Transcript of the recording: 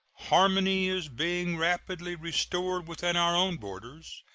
harmony is being rapidly restored within our own borders.